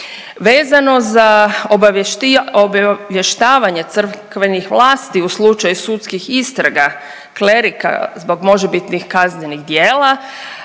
Vezano za obavještavanje crkvenih vlasti u slučaju sudskih istraga klerika zbog možebitnih kaznenih djela